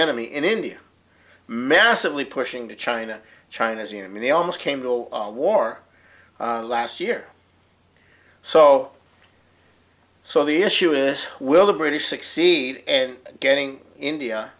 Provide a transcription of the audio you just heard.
enemy in india massively pushing to china china's you know i mean the almost came to war last year so so the issue is will the british succeed and getting india